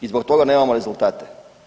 I zbog toga nemamo rezultate.